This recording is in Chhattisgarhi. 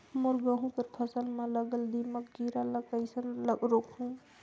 मोर गहूं कर फसल म लगल दीमक कीरा ला कइसन रोकहू?